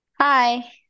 Hi